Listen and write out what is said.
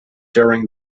during